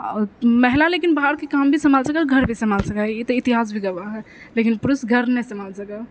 आओर महिला लेकिन बाहरके काम भी सम्हाल सकै है आओर घरके काम भी सम्हाल सकै है ई तऽ इतिहास भी गवाह है लेकिन पुरुष घर नहि सम्हाल सकै है